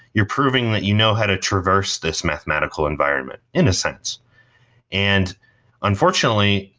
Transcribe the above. you're proving that you know how to traverse this mathematical environment in a sense and unfortunately,